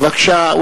בבקשה,